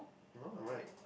no I'm right